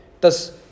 Thus